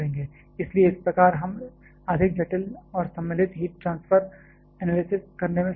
इसलिए इस प्रकार हम अधिक जटिल और सम्मिलित हीट ट्रांसफर एनालिसिस करने में सक्षम होंगे